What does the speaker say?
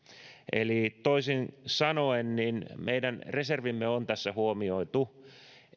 eli toisin sanoen meidän reservimme on tässä huomioitu